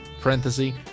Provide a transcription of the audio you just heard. parenthesis